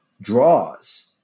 draws